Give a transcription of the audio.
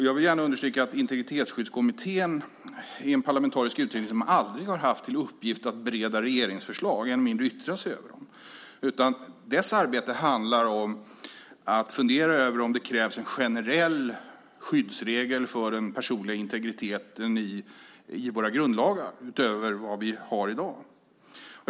Jag vill gärna understryka att Integritetsskyddskommittén är en parlamentarisk utredning som aldrig har haft i uppgift att bereda regeringsförslag och än mindre att yttra sig över dem, utan dess arbete handlar om att fundera över om det i våra grundlagar krävs en generell skyddsregel för den personliga integriteten - detta utöver vad vi i dag har.